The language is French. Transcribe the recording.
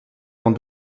vente